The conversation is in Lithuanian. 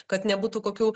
kad nebūtų kokių